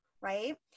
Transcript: right